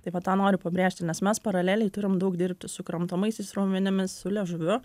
tai va tą noriu pabrėžti nes mes paraleliai turim daug dirbti su kramtomaisiais raumenimis su liežuviu